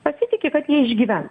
pasitiki kad jie išgyvens